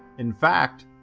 in fact,